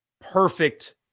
perfect